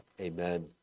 amen